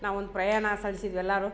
ನಾವು ಒಂದು ಪ್ರಯಾಣ ಸಲ್ಲಿಸಿದ್ವಿ ಎಲ್ಲಾರು